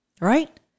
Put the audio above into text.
Right